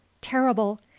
terrible